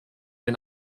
den